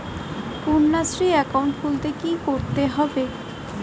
Kanyashree account খুলতে কী করতে হবে?